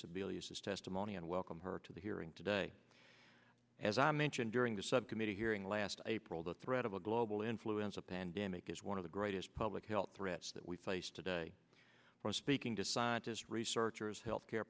sebelius is testimony and welcome her to the hearing today as i mentioned during the subcommittee hearing last april the threat of a global influenza pandemic is one of the greatest public health threats that we face today when speaking to scientists researchers health care